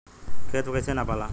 खेत कैसे नपाला?